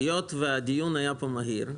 היות והדיון היה פה מהיר.